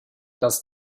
das